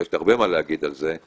ויש לי הרבה מה להגיד על זה,